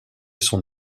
son